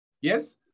Yes